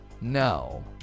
no